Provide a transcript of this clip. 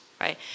right